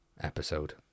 episode